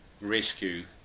rescue